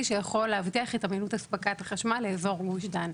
שיכול להבטיח את אמינות אספקת החשמל לאזור גוש דן.